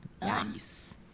Nice